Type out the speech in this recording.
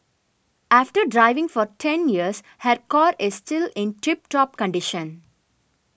after driving for ten years her car is still in tip top condition